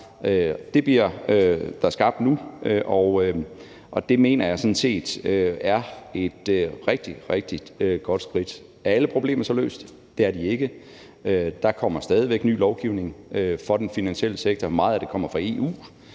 bliver der skabt nu, og det mener jeg sådan set er et rigtig, rigtig godt skridt. Er alle problemer så løst? Det er de ikke. Der kommer stadig væk ny lovgivning for den finansielle sektor, og meget af det kommer fra EU,